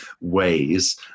ways